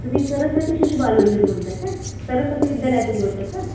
तुम्ही सरस्वती शिशुबाल मंदिर बोलत आहे का सरस्वती विद्यालयातून बोलत आहेत का